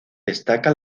destaca